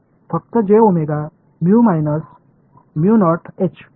फक्त ठीक आहे